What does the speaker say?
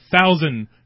thousand